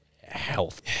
health